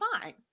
fine